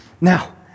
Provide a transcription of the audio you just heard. Now